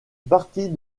partie